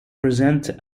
present